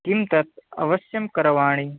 किं तत् अवश्यं करवाणि